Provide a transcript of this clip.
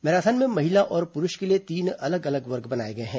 marathon में महिला और पुरूष के लिए तीन अलग अलग वर्ग बनाए गए हैं